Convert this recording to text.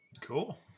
Cool